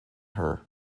her